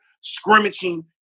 scrimmaging